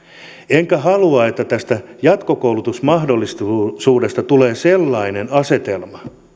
enkä halua että tästä jatkokoulutusmahdollisuudesta tulee sellainen asetelma